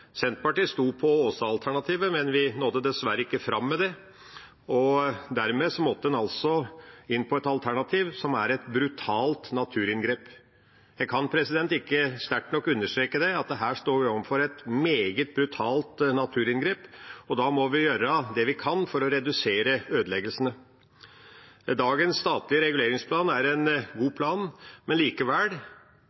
Senterpartiet sto på Åsa-alternativet, men vi nådde dessverre ikke fram med det, og dermed måtte en altså inn på et alternativ som er et brutalt naturinngrep. Jeg kan ikke sterkt nok understreke at her står vi overfor et meget brutalt naturinngrep, og da må vi gjøre det vi kan for å redusere ødeleggelsene. Dagens statlige reguleringsplan er en god